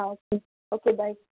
uh okay okay by